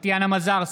טטיאנה מזרסקי,